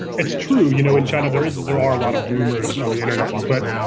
it's true. you know, in china, there is a there are a lot of rumors on the internet. but